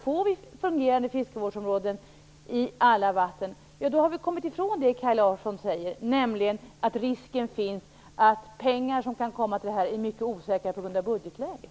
Får vi fungerande fiskevårdsområden i alla vatten, ja, då har vi kommit ifrån det Kaj Larsson talar om, att risken finns att pengar till detta är mycket osäkra på grund av budgetläget.